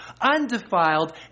undefiled